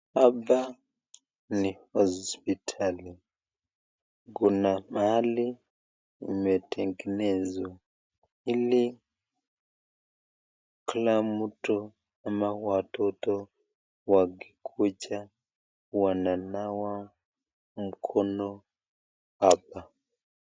Hapa ni hospitali kuna mahali umetengenezwa ili kila mtu ama watoto wakikuja wananawa mkono hapa.